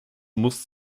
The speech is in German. muss